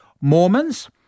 Mormons